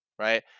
Right